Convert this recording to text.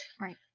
right